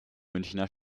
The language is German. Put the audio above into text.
münchner